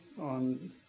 on